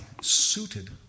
suited